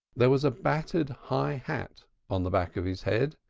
there was a battered high hat on the back of his head,